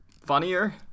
funnier